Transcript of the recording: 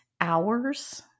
hours